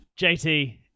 JT